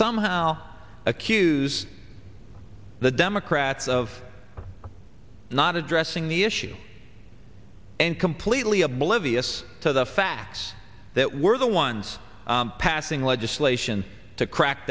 somehow accuse the democrats of not addressing the issue and completely oblivious to the facts that we're the ones passing legislation to crack